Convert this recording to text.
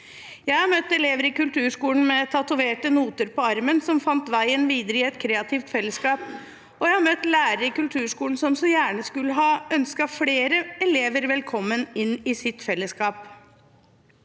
Jeg har møtt elever i kulturskolen med tatoverte noter på armen som fant veien videre i et kreativt fellesskap, og jeg har møtt lærere i kulturskolen som så gjerne skulle ha ønsket flere elever velkommen inn i sitt fellesskap.